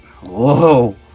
Whoa